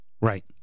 right